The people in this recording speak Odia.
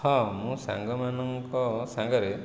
ହଁ ମୁଁ ସାଙ୍ଗମାନଙ୍କ ସାଙ୍ଗରେ